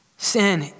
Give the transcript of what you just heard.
sin